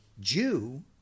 Jew